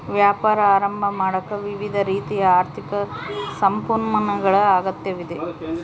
ವ್ಯಾಪಾರ ಆರಂಭ ಮಾಡಾಕ ವಿವಿಧ ರೀತಿಯ ಆರ್ಥಿಕ ಸಂಪನ್ಮೂಲಗಳ ಅಗತ್ಯವಿದೆ